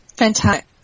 Fantastic